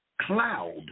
cloud